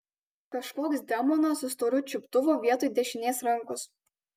kažkoks demonas su storu čiuptuvu vietoj dešinės rankos